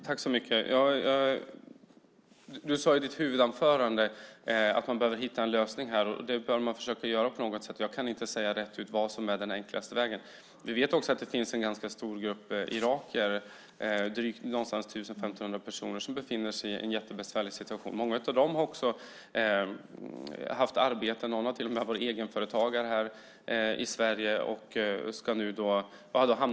Fru talman! I sitt huvudanförande sade Bodil Ceballos att man behöver hitta en lösning på detta, och det bör man försöka göra på något sätt. Jag kan inte säga rätt ut vad som är den enklaste vägen. Vi vet också att det finns en ganska stor grupp irakier, någonstans kring 1 000-1 500 personer, som befinner sig i en jättebesvärlig situation. Många av dem har också haft arbeten. Någon har till och med varit egen företagare här i Sverige och har nu hamnat i kläm.